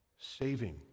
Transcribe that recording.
Saving